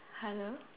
hello